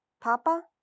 Papa